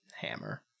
hammer